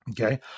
Okay